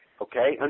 Okay